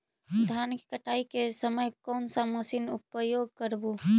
धान की कटाई के समय कोन सा मशीन उपयोग करबू?